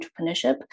entrepreneurship